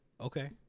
Okay